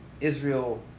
Israel